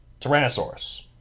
Tyrannosaurus